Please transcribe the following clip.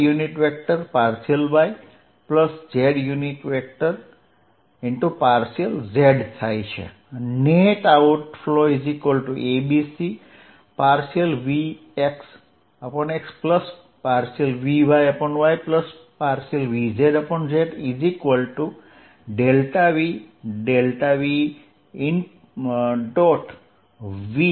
net આઉટફ્લોabcvx∂xvy∂yvz∂zV